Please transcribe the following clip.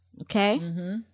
Okay